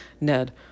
Ned